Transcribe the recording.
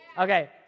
Okay